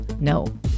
No